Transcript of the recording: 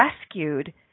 rescued